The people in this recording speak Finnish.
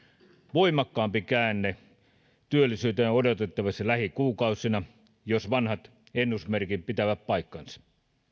voimakkaampi käänne työllisyyteen on odotettavissa lähikuukausina jos vanhat ennusmerkit pitävät paikkansa